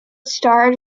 starred